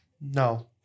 No